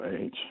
age